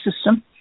system